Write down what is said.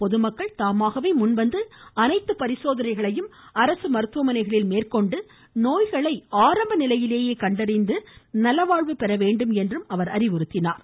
பொதுமக்கள் தாமாகவே முன்வந்து அனைத்து பரிசோதனைகளையும் அரசு மருத்துவமனைகளில் மேற்கொண்டு நோய்களை ஆரம்ப நிலையிலேயே கண்டறிந்து நலவாழ்வு பெற வேண்டும் என்றும் அவர் அறிவுறுத்தினார்